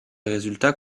résultats